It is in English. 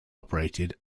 operated